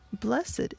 Blessed